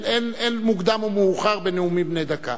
אין מוקדם או מאוחר בנאומים בני דקה.